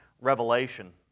revelation